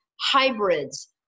hybrids